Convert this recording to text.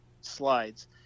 slides